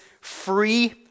free